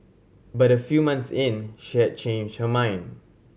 but a few months in she had change her mind